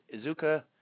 Izuka